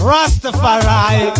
Rastafari